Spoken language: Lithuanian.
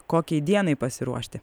kokiai dienai pasiruošti